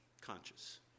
conscious